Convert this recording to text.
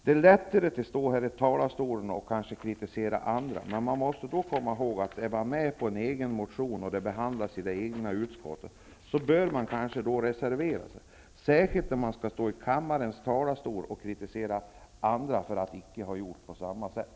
Det är lätt att stå här i talarstolen och kritisera andra. Man måste komma ihåg att om man är med på en motion som behandlas av det egna utskottet, bör man kanske reservera sig, särskilt om man skall stå i kammarens talarstol och kritisera andra för att icke ha gjort på detta sätt.